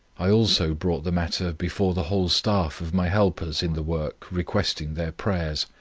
i also brought the matter before the whole staff of my helpers in the work requesting their prayers.